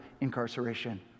incarceration